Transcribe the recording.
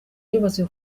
yubatswe